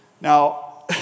Now